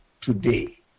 today